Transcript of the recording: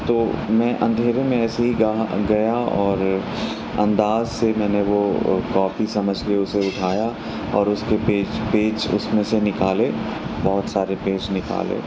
تو میں اندھیرے میں ایسے ہی گا گیا اور انداز سے میں نے وہ کاپی سمجھ کے اسے اٹھایا اور اُس کے پیج پیج اُس میں سے نکالے بہت سارے پیج نکالے